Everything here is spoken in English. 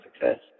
success